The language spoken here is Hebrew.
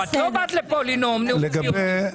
את לא באת לפה לנאום נאום ציוני.